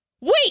Wait